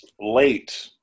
late